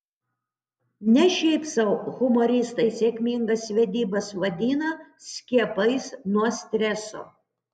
ne šiaip sau humoristai sėkmingas vedybas vadina skiepais nuo streso